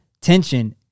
tension